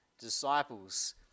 disciples